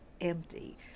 empty